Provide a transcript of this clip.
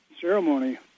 ceremony